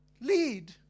lead